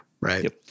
right